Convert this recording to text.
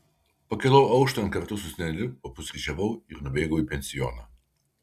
pakilau auštant kartu su seneliu papusryčiavau ir nubėgau į pensioną